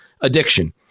addiction